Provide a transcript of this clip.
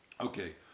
Okay